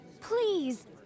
please